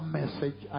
message